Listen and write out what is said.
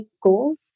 goals